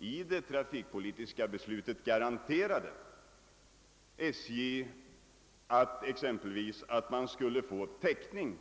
I det trafikpolitiska be slutet garanterade vi alltså SJ att man exempelvis skulle få täckning